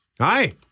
Hi